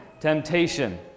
Temptation